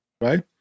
right